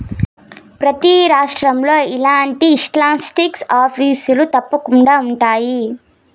ప్రతి రాష్ట్రంలో ఇలాంటి ఇన్కంటాక్స్ ఆఫీసులు తప్పకుండా ఉన్నాయి